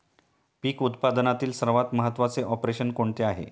पीक उत्पादनातील सर्वात महत्त्वाचे ऑपरेशन कोणते आहे?